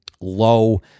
low